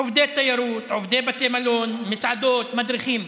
עובדי תיירות, עובדי בתי מלון, מסעדות, מדריכים.